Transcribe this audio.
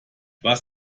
was